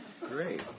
Great